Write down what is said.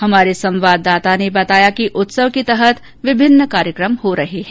हमारे संवाददाता ने बताया कि उत्सव के तहत विभिन्न कार्यक्रम हो रहे हैं